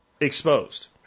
exposed